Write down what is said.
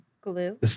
glue